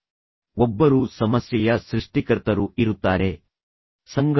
ಹೆಚ್ಚಿನ ಸಮಯಗಳಲ್ಲಿ ನಾನು ಹೇಳಿದಂತೆ ಒಬ್ಬರು ಸಮಸ್ಯೆಯ ಸೃಷ್ಟಿಕರ್ತರು ಇರುತ್ತಾರೆ ಅವರು ನಿಜವಾಗಿ ಪ್ರಾರಂಭಿಸಿರಬಹುದು